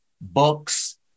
books